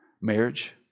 Marriage